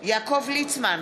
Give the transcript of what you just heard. יעקב ליצמן,